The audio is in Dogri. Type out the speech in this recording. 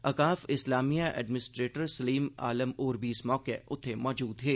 औकाफ इस्लामिया दे एडमिनिस्ट्रेटर सलीम आलम होर बी इस मौके उत्थे मजूद हे